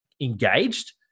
engaged